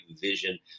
vision